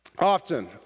Often